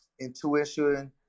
intuition